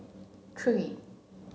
three